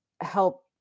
help